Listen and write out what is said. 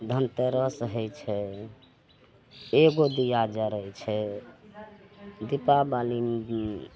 धनतेरस होइ छै एगो दीया जरय छै दीपावलीमे भी